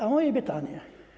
A moje pytanie.